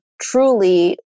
truly